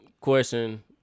question